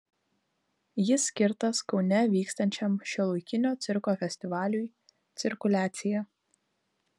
jis skirtas kaune vykstančiam šiuolaikinio cirko festivaliui cirkuliacija